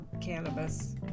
cannabis